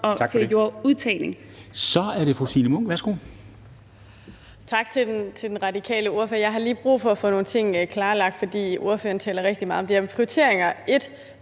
Munk. Værsgo. Kl. 11:24 Signe Munk (SF): Tak til den radikale ordfører. Jeg har lige brug for at få nogle ting klarlagt, for ordføreren taler rigtig meget om det her med prioriteringer: